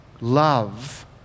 love